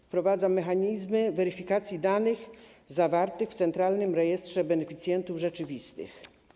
Wprowadza mechanizmy weryfikacji danych zawartych w Centralnym Rejestrze Beneficjentów Rzeczywistych.